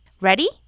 Ready